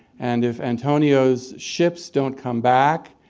and if antonio's ships don't come back,